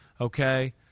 Okay